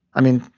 i mean,